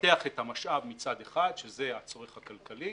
לפתח את המשאב מצד אחד, שזה הצורך הכלכלי,